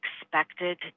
expected